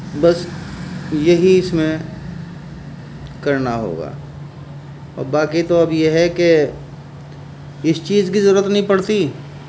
بس یہی اس میں کرنا ہوگا اور باقی تو اب یہ ہے کہ اس چیز کی ضرورت نہیں پڑتی